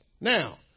Now